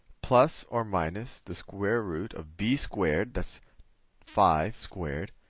plus or minus the square root of b squared that's five squared,